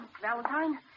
Valentine